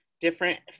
different